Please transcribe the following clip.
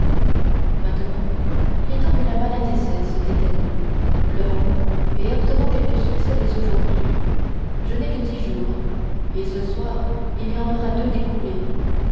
maintenant il est temps que la maladie cesse dit-elle levonsnous et obtenons quelque succès dès aujourd'hui je n'ai que dix jours et ce soir il y en aura deux